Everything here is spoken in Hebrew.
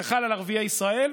זה חל על ערביי ישראל,